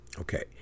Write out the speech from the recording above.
Okay